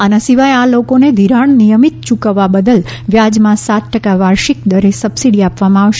આના સિવાય આ લોકોને ધિરાણ નિયમિત યૂકવવા બદલ વ્યાજમાં સાત ટકા વાર્ષિક દરે સબસીડી આપવામાં આવશે